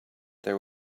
there